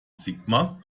sigmar